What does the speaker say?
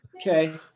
Okay